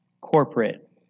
corporate